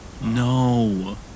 no